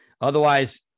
Otherwise